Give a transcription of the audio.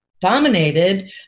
dominated